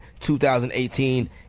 2018